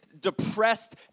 depressed